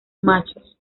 machos